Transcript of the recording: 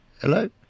Hello